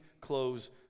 close